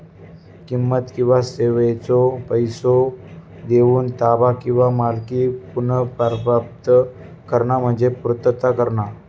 किंमत किंवा सेवेचो पैसो देऊन ताबा किंवा मालकी पुनर्प्राप्त करणा म्हणजे पूर्तता करणा